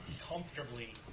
comfortably